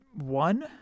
one